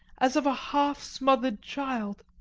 as of a half-smothered child.